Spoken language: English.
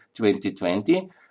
2020